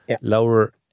lower